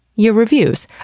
your reviews.